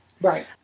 Right